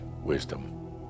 wisdom